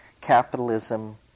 capitalism